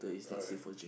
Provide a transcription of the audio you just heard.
alright